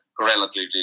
relatively